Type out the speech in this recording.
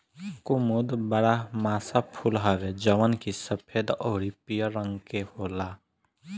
कुमुद बारहमासा फूल हवे जवन की सफ़ेद अउरी पियर रंग के होला